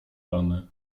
damy